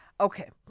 Okay